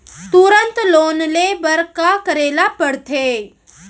तुरंत लोन ले बर का करे ला पढ़थे?